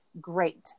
Great